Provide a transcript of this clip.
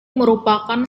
merupakan